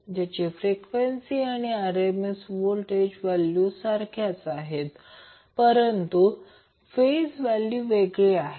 ज्यांची फ्रिक्वेन्सी आणि RMS voltage सारखा आहे परंतु फेज व्हॅल्यू वेगळी आहे